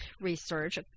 research